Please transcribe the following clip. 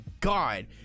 God